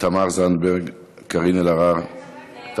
תמר זנדברג, קארין אלהרר, רגע, רגע.